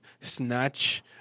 snatch